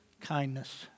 Kindness